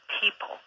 people